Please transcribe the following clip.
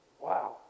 Wow